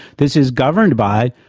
this is governed by,